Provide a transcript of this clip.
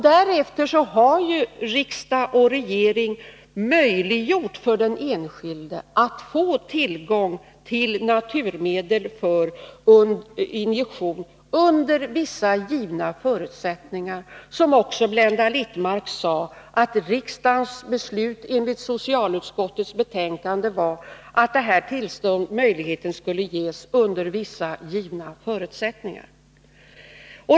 Därefter har riksdag och regering gjort det möjligt för den enskilde att få tillgång till naturmedel för injektion, under vissa givna förutsättningar. Blenda Littmarck sade ju också att riksdagens beslut, enligt vad som framgår av ett betänkande från socialutskottet, innebar att den här möjligheten skulle finnas under vissa givna förutsättningar.